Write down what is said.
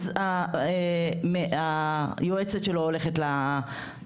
אז היועצת שלו הולכת להכשרות